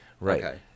Right